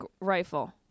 rifle